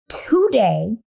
Today